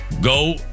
go